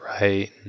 right